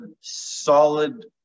solid